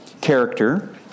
character